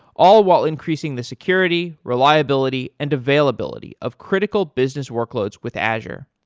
all while increasing the security, reliability and availability of critical business workloads with azure.